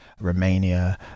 Romania